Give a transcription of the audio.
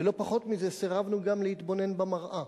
ולא פחות מזה, סירבנו גם להתבונן במראה,